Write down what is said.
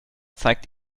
zeigt